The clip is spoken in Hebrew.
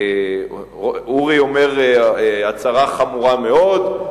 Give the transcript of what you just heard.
אורי אומר הצהרה חמורה מאוד,